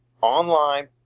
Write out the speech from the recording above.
Online